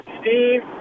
Steve